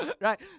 Right